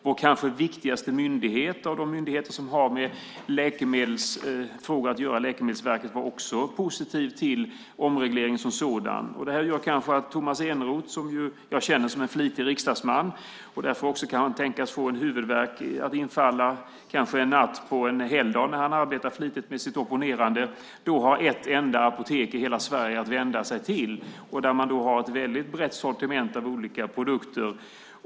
Vår kanske viktigaste myndighet av de myndigheter som har med läkemedelsfrågor att göra, Läkemedelsverket, var också positiv till omreglering som sådan. Tomas Eneroth som jag känner som en flitig riksdagsman och därför kan tänkas få huvudvärk en helgdagsnatt när han arbetar flitigt med sitt opponerande har ett enda apotek i hela Sverige att vända sig till. Det har ett brett sortiment av olika produkter.